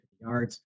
yards